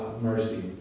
mercy